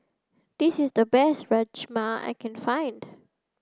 this is the best Rajma I can find